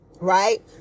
right